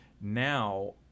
now